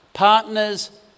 Partners